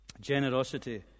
Generosity